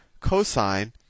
cosine